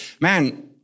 man